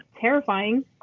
terrifying